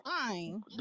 fine